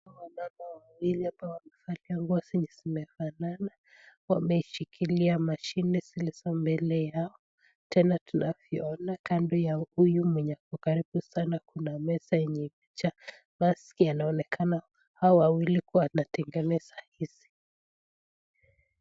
Hawa wamama wawili wamevalia nguo zenye zimefanana. Wameshikilia mashine zilizo mbele yao. Tena tunavyoona kando ya huyu mwenye ako karibu sana na meza yenye masi anaonekana hawa wawili walikuwa wanatengeneza hizi.